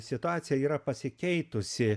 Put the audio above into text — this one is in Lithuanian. situacija yra pasikeitusi